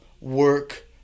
work